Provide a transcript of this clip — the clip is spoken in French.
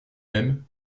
même